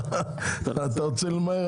אתה רוצה למהר?